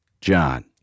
John